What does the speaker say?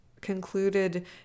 concluded